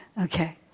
Okay